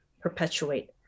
perpetuate